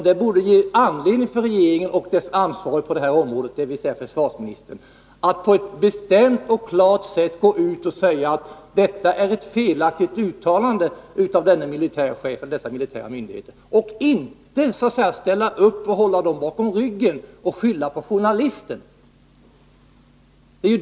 Det borde föranleda regeringen och dess ansvarige på det här området, dvs. försvarsministern, att på ett bestämt och klart sätt gå ut och säga att det har gjorts ett felaktigt uttalande av militärchefen och den militära myndigheten, i stället för att hålla dem om ryggen och skylla på journalisten.